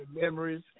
memories